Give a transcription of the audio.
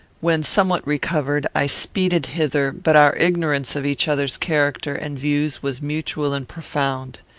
when somewhat recovered, i speeded hither but our ignorance of each other's character and views was mutual and profound.